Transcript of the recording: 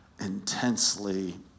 intensely